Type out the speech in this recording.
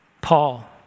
Paul